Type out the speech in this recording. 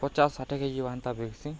ପଚାଶଷଠ କେଜିିବାୁନ୍ ବ୍ସି